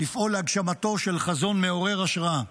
לפעול להגשמתו של חזון מעורר השראה.